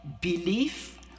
belief